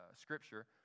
scripture